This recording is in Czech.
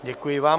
Děkuji vám.